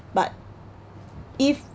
but if